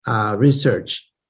research